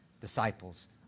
disciples